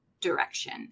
direction